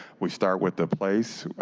we start with the place,